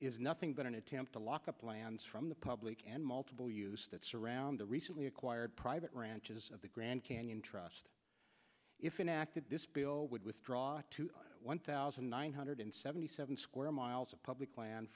is nothing but an attempt to lock up plans for the public and multiple use that surround the recently acquired private ranches of the grand canyon trust if in acted this bill would withdraw to one thousand nine hundred seventy seven square miles of public land